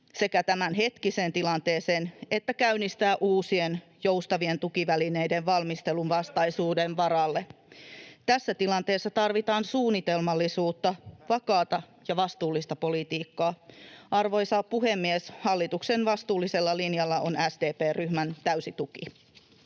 reagoi tämänhetkiseen tilanteeseen että käynnistää uusien joustavien tukivälineiden valmistelun [Perussuomalaisten ryhmästä: Elpymispaketti!] vastaisuuden varalle. Tässä tilanteessa tarvitaan suunnitelmallisuutta, vakaata ja vastuullista politiikkaa. Arvoisa puhemies! Hallituksen vastuullisella linjalla on SDP:n ryhmän täysi tuki.